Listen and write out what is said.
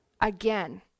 Again